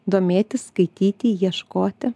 domėtis skaityti ieškoti